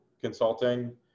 consulting